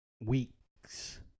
Weeks